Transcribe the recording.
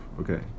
okay